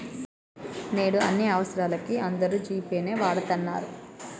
నేడు అన్ని అవసరాలకీ అందరూ జీ పే నే వాడతన్నరు